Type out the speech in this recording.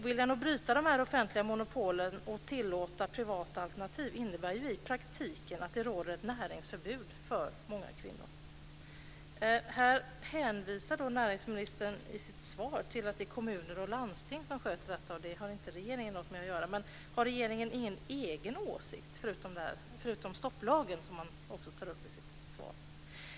Oviljan att bryta de offentliga monopolen och tilllåta privata alternativ innebär i praktiken att det råder ett näringsförbud för många kvinnor. Näringsministern hänvisar i sitt svar till att det är kommuner och landsting som sköter detta och att regeringen inte har något med det att göra. Men har regeringen ingen egen åsikt förutom om stopplagen, som han tar upp i sitt svar?